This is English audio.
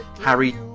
Harry